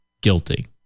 guilty